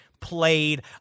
played